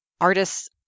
Artists